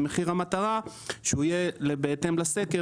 מחיר המטרה הוא שהוא יהיה בהתאם לסקר